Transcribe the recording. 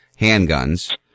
handguns